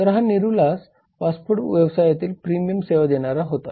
तर हा Nirula's fast food व्यवसायात प्रीमियम सेवा देणारा होता